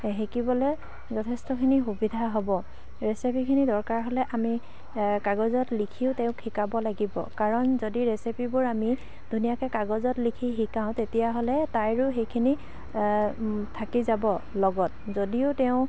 শিকিবলৈ যথেষ্টখিনি সুবিধা হ'ব ৰেচিপিখিনি দৰকাৰ হ'লে আমি কাগজত লিখিও তেওঁক শিকাব লাগিব কাৰণ যদি ৰেচিপিবোৰ আমি ধুনীয়াকৈ কাগজত লিখি শিকাওঁ তেতিয়াহ'লে তাইৰো সেইখিনি থাকি যাব লগত যদিও তেওঁ